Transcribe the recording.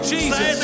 Jesus